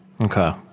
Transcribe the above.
Okay